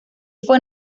fue